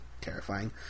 terrifying